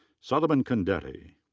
solomon kondeti.